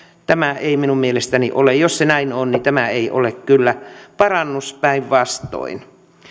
tämä ei minun mielestäni ole jos se näin on niin tämä ei ole kyllä parannus päinvastoin